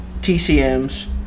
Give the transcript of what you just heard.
TCMs